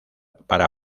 para